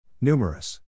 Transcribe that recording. Numerous